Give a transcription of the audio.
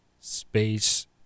space